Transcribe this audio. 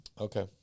Okay